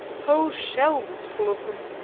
whole shelves full of them,